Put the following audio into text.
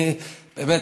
באמת,